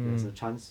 there's a chance